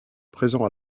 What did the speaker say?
présents